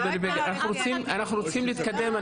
לא את מלוא --- אנחנו רוצים להתקדם.